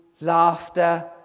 laughter